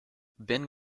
bin